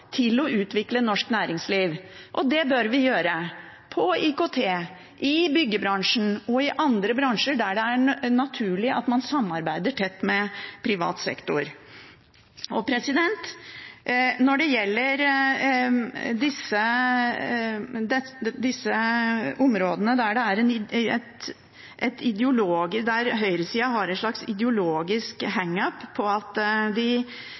til å utvikle norsk næringsliv. Og det bør vi gjøre, innen IKT, i byggebransjen og i andre bransjer der det er naturlig at man samarbeider tett med privat sektor. Når det gjelder de områdene der høyresiden har et slags ideologisk «hang up» på at de